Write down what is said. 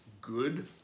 good